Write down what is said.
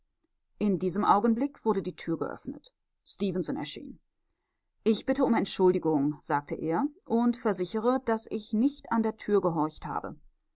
in diesem augenblick wurde die tür geöffnet stefenson erschien ich bitte um entschuldigung sagte er und versichere daß ich an der tür nicht gehorcht habe